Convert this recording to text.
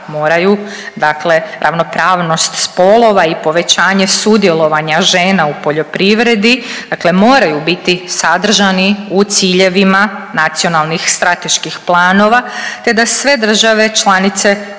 moraju dakle ravnopravnost spolova i povećanje sudjelovanja žena u poljoprivredi, dakle moraju biti sadržani u ciljevima nacionalnih strateških planova te da sve države članice